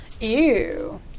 ew